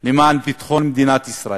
למען ביטחון מדינת ישראל.